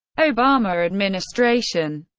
obama administration